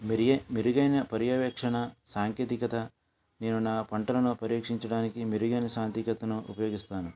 మెరుగైన పర్యవేక్షణ సాంకేతికత నేను నా పంటలను పర్యవేక్షించటానికి మెరుగైన సాంకేతికతను ఉపయోగిస్తాను